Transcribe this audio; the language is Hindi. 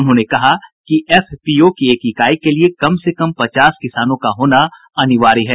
उन्होंने कहा कि एफपीओ की एक इकाई के लिये कम से कम पचास किसानों का होना अनिवार्य है